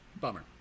Bummer